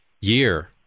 year